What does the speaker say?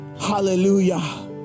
Hallelujah